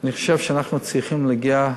אני חושב שאנחנו צריכים להגיע,